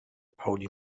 pauli